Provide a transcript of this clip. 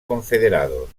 confederados